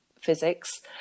physics